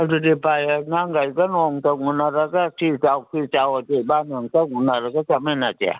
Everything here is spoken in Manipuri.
ꯑꯗꯨꯗꯤ ꯐꯔꯦ ꯅꯪꯒ ꯑꯩꯒ ꯅꯣꯡꯇ ꯎꯅꯔꯒ ꯁꯤ ꯆꯥꯎ ꯁꯤ ꯆꯥꯎꯑꯖꯦ ꯏꯕꯅꯤ ꯑꯝꯇ ꯎꯅꯔꯒ ꯆꯠꯃꯤꯟꯅꯖꯦ